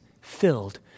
filled